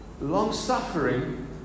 Long-suffering